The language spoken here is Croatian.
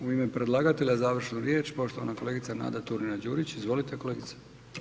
U ime predlagatelja završna riječ, poštovana kolegica Nada Turina Đurić, izvolite kolegice.